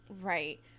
Right